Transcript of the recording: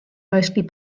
mostly